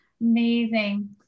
Amazing